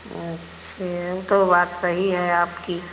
अच्छा तो बात सही है आपकी